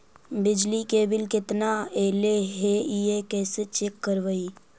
बिजली के बिल केतना ऐले हे इ कैसे चेक करबइ?